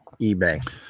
Ebay